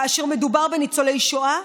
כאשר מדובר בניצולי שואה,